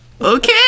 okay